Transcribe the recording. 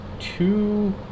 two